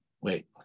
wait